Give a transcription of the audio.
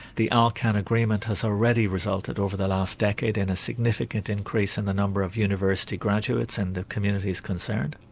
the alcan agreement has already resulted over the last decade in a significant increase in the number of university graduates in the communities concerned.